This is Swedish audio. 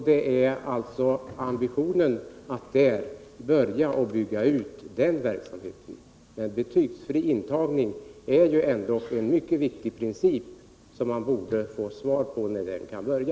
Det finns alltså en ambition att börja bygga ut denna verksamhet. Betygsfri intagning är ändock en mycket viktig princip, och därför tycker jag att man borde få svar på när den kan börja.